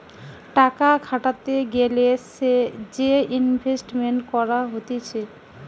টাকা খাটাতে গ্যালে যে ইনভেস্টমেন্ট করা হতিছে